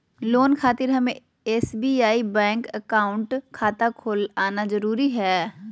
Loan खातिर हमें SBI bank account खाता खोल आना जरूरी है?